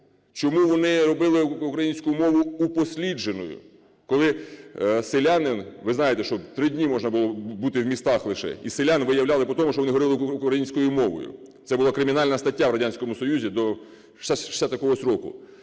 Чому вони робили українську мову упослідженою. Коли селянин, ви знаєте, що три дні можна було бути в містах лишень, і селян виявляли по тому, що вони говорили українською мовою. Це була кримінальна стаття в Радянському Союзі до шістдесят